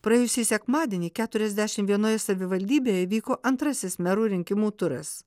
praėjusį sekmadienį keturiasdešim vienoje savivaldybėje įvyko antrasis merų rinkimų turas